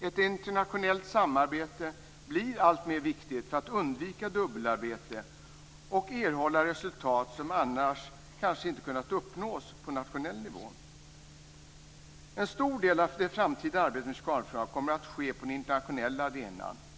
Ett internationellt samarbete blir alltmer viktigt för att man ska undvika dubbelarbete och erhålla resultat som annars kanske inte hade kunnat uppnås på nationell nivå. En stor del av det framtida arbetet med kemikaliefrågorna kommer att ske på den internationella arenan.